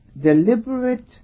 deliberate